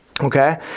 Okay